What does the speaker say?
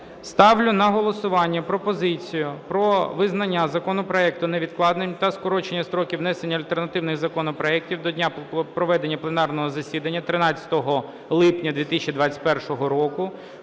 Ставлю на голосування пропозицію про визнання законопроекту невідкладним та скорочення строків внесення альтернативних законопроектів до дня проведення пленарного засідання 13 липня 2021 року,